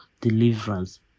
deliverance